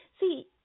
See